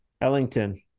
Ellington